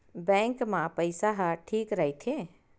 Bank मा पईसा ह ठीक राइथे?